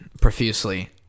profusely